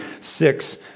six